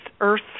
earth